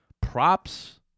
props